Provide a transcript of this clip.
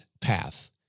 path